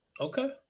Okay